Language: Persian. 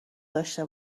داشته